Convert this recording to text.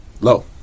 low